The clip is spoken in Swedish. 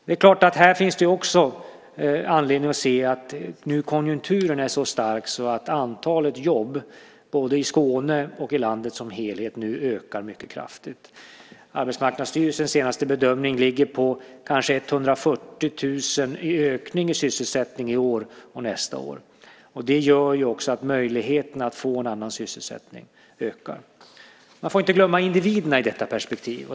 Det finns också anledning att se att konjunkturen är så stark att antalet jobb, både i Skåne och i landet som helhet, nu ökar mycket kraftigt. Arbetsmarknadsstyrelsens senaste bedömning är att det blir en ökning med 140 000 sysselsatta i år och nästa år. Det gör också att möjligheterna att få en annan sysselsättning ökar. Man får inte glömma individerna i detta perspektiv.